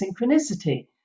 synchronicity